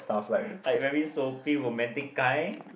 like very soapy romantic kind